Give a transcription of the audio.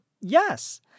yes